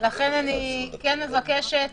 לכן אני כן מבקשת שאת